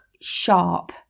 sharp